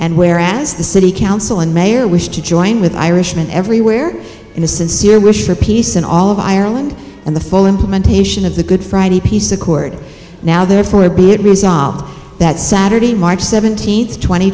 and where as the city council and mayor wish to join with irishman everywhere and a sincere wish for peace in all of ireland and the full implementation of the good friday peace accord now therefore be it resolved that saturday march seventeenth tw